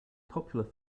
popular